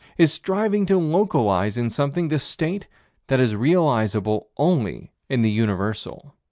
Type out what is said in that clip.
is striving to localize in something the state that is realizable only in the universal.